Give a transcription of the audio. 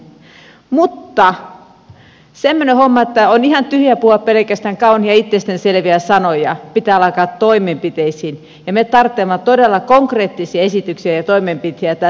mutta sen minä huomaan että on ihan tyhjää puhua pelkästään kauniita ja itsestään selviä sanoja pitää alkaa toimenpiteisiin ja me tarvitsemme todella konkreettisia esityksiä ja toimenpiteitä tässä vaiheessa